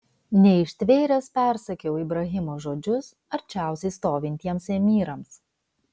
neištvėręs persakiau ibrahimo žodžius arčiausiai stovintiems emyrams